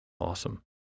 Awesome